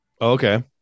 Okay